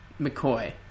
McCoy